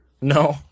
No